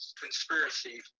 conspiracy